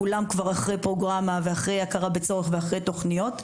כולן כבר אחרי פרוגרמה ואחרי הכרה בצורך ואחרי תוכניות,